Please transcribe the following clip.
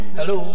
Hello